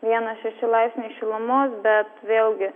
vienas šeši laipsniai šilumos bet vėlgi